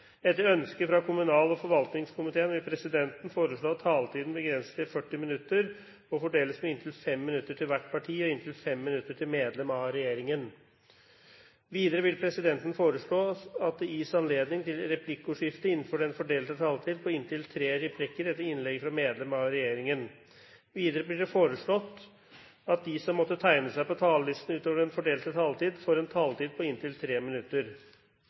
Etter ønske fra kommunal- og forvaltningskomiteen vil presidenten foreslå at taletiden begrenses til 40 minutter og fordeles med inntil 5 minutter til hvert parti og inntil 5 minutter til medlem av regjeringen. Videre vil presidenten foreslå at det gis anledning til replikkordskifte på inntil tre replikker med svar etter innlegg fra medlem av regjeringen innenfor den fordelte taletid. Videre blir det foreslått at de som måtte tegne seg på talerlisten utover den fordelte taletid, får en taletid på inntil 3 minutter.